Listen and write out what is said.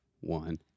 one